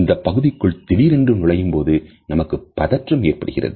இந்தப் பகுதிக்குள் திடீரென்று நுழையும்போது நமக்கு பதற்றம் ஏற்படுகிறது